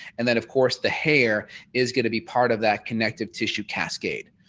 and then of course the hair is going to be part of that connective tissue cascade.